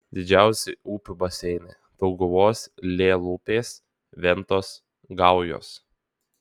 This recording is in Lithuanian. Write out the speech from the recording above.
didžiausi upių baseinai dauguvos lielupės ventos gaujos